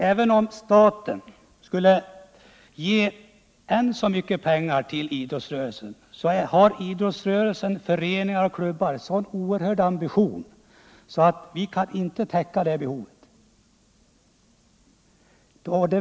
Även om staten skulle ge aldrig så mycket pengar till idrottsrörelsen har föreningarna och klubbarna så oerhört stora ambitioner att behoven ändå inte skulle kunna täckas enbart genom samhälleliga insatser.